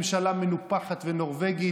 כי אתם ממשלה מנופחת ונורבגית.